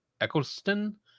Eccleston